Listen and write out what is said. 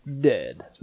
dead